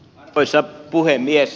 arvoisa puhemies